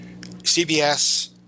CBS